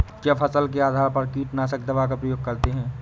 क्या फसल के आधार पर कीटनाशक दवा का प्रयोग किया जाता है?